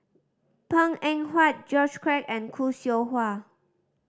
Png Eng Huat George Quek and Khoo Seow Hwa